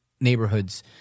neighborhoods